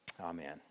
Amen